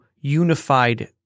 unified